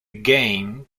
game